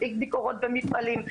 מספיק ביקורות במפעלים.